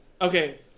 okay